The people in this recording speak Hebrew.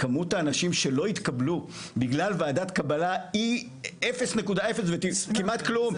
כמות האנשים שלא התקבלו בגלל ועדת קבלה היא 0.0 וכמעט כלום,